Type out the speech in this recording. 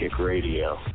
radio